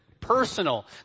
personal